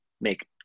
make